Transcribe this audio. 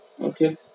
Okay